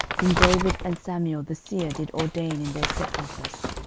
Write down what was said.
whom david and samuel the seer did ordain in their set office.